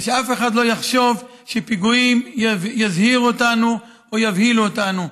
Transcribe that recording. ושאף אחד לא יחשוב שפיגועים יזהירו אותנו או יבהילו אותנו.